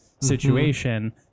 situation